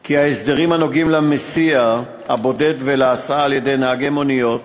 כי ההסדרים הנוגעים למסיע הבודד ולהסעה על-ידי נהגי מוניות,